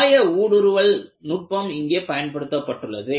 சாய ஊடுருவல் நுட்பம் இங்கே பயன்படுத்தப்பட்டுள்ளது